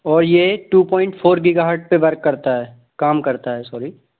और ये two point four gigahertz पे वर्क करता है काम करता है सॉरी